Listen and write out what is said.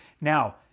Now